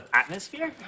atmosphere